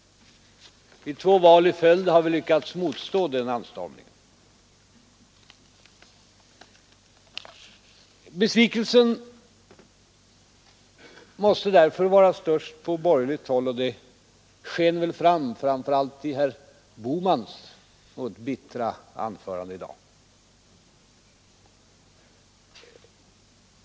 Vid två val i följd har vi lyckats motstå den anstormningen. Besvikelsen måste därför vara störst på borgerligt håll, och det sken väl igenom, framför allt i Bohmans bittra anförande i dag.